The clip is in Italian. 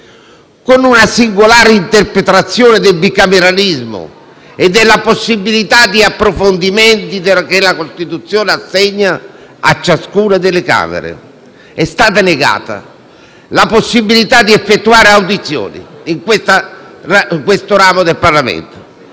con una singolare interpretazione del bicameralismo e della possibilità di approfondimenti che la Costituzione assegna a ciascuna delle Camere. È stata negata la possibilità di effettuare audizioni in questo ramo del Parlamento